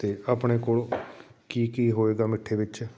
ਅਤੇ ਆਪਣੇ ਕੋਲ ਕੀ ਕੀ ਹੋਏਗਾ ਮਿੱਠੇ ਵਿੱਚ